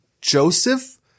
Joseph